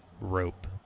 rope